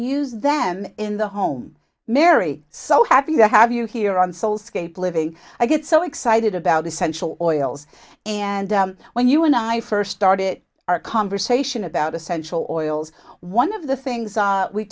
use them in the home mary so happy to have you here on soul scape living i get so excited about essential oils and when you and i first started our conversation about essential oils one of the things we